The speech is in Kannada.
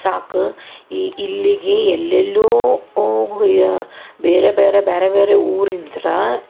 ಸಾಕು ಇಲ್ಲಿಗೆ ಎಲ್ಲೆಲ್ಲೋ ಬೇರೆ ಬೇರೆ ಬೇರೆ ಬೇರೆ ಊರಿಂತ